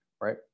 right